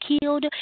killed